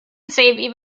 save